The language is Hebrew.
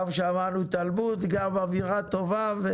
גם שמענו תלמוד גם אוירה טובה.